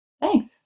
Thanks